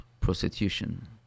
prostitution